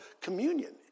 communion